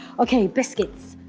okay, biscuits.